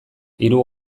hiru